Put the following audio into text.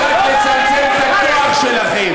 יש רק לצמצם את הכוח שלכם,